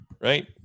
Right